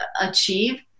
achieve